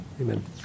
Amen